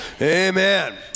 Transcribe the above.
amen